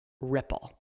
ripple